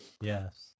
Yes